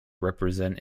represent